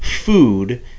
food